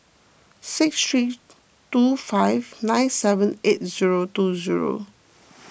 six three two five nine seven eight zero two zero